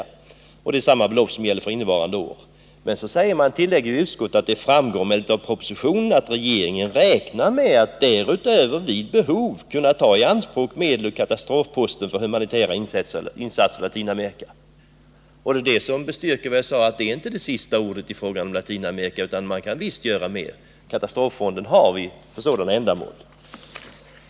Det är samma belopp som gäller för innevarande budgetår.” Men så tillägger utskottet: ”Det framgår emellertid av propositionen att regeringen räknar med att därutöver vid behov kunna ta i anspråk medel ur katastrofposten för humanitära insatser i Latinamerika.” Detta bestyrker vad jag sade tidigare, nämligen att detta inte är sista ordet i fråga om Latinamerika. Man kan visst göra mer. Katastroffonden har vi för sådana ändamål.